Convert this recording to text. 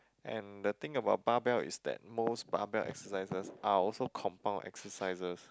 and the thing about bar bell is that most bar bell exercises are also compound exercises